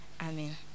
Amen